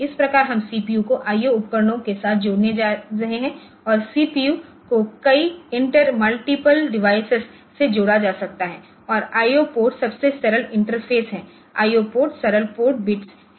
इस प्रकार हम CPU को IO उपकरणों के साथ जोड़ने जा रहे हैं अब CPU को कई इंटर मल्टीपल डिवाइसेस से जोड़ा जा सकता है और IO पोर्ट सबसे सरल इंटरफ़ेस हैं IO पोर्ट सरल पोर्ट बिट्स हैं